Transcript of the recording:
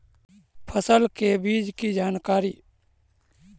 फसल के बीज की जानकारी?